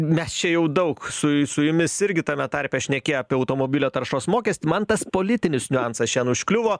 mes čia jau daug su su jumis irgi tame tarpe šnekėję apie automobilio taršos mokestį man tas politinis niuansas šen užkliuvo